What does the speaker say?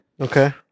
Okay